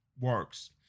works